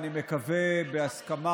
זה יום הדין.